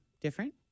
Different